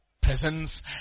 presence